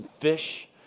fish